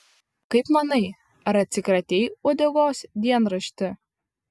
kaip manai ar atsikratei uodegos dienrašti